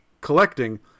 collecting